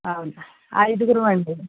అవును ఐదుగురు అండి